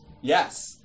Yes